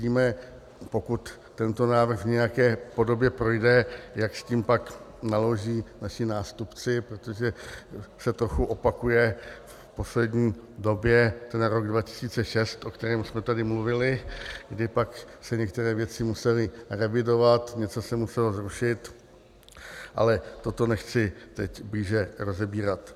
Uvidíme, pokud tento návrh v nějaké podobě projde, jak s tím pak naloží naši nástupci, protože se trochu opakuje v poslední době rok 2006, o kterém jsme tady mluvili, kdy pak se některé věci musely revidovat, něco se muselo zrušit, ale toto nechci teď blíže rozebírat.